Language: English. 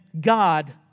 God